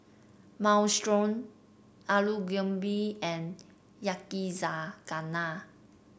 Minestrone Alu Gobi and Yakizakana